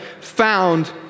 found